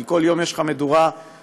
כי כל יום יש לך מדורה אחרת.